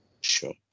Sure